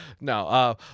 No